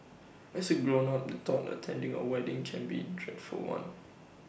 as A grown up the thought of attending A wedding can be dreadful one